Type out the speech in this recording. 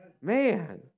Man